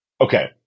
okay